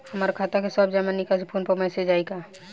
हमार खाता के सब जमा निकासी फोन पर मैसेज कैसे आई?